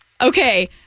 Okay